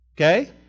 okay